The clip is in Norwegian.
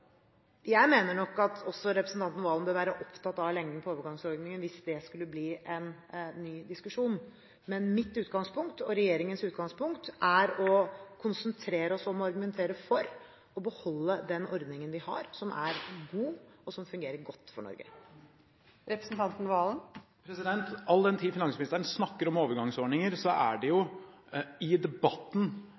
også representanten Serigstad Valen bør være opptatt av lengden på overgangsordningen hvis det skulle bli en ny diskusjon. Men mitt utgangspunkt og regjeringens utgangspunkt er å konsentrere oss om å argumentere for å beholde den ordningen vi har, som er god, og som fungerer godt for Norge. All den tid finansministeren snakker om overgangsordninger, er det jo i debatten